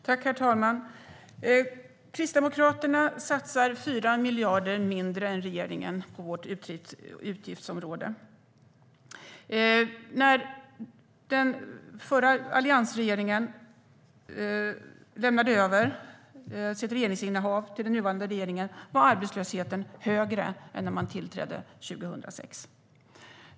Herr talman! Kristdemokraterna satsar 4 miljarder mindre än regeringen på det här utgiftsområdet. När alliansregeringen lämnade över regeringsinnehavet till den nuvarande regeringen var arbetslösheten högre än när man tillträdde 2006.